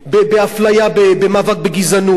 במאבק בגזענות,